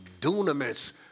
dunamis